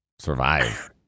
Survive